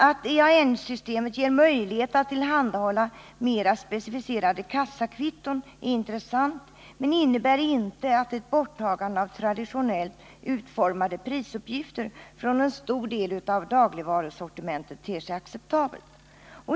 Att EAN-systemet ger möjlighet att tillhandahålla mera specificerade kassakvitton är intressant men innebär inte att ett borttagande av traditionellt utformade prisuppgifter från en stor del av dagligvarusortimentet ter sig acceptabelt.